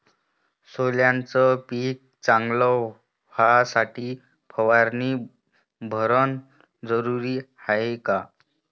सोल्याचं पिक चांगलं व्हासाठी फवारणी भरनं जरुरी हाये का?